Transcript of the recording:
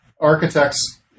architects